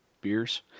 beers